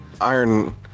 Iron